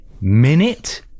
minute